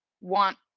want